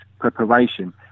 preparation